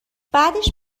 بعدش